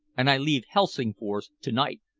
and i leave helsingfors to-night.